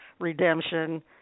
Redemption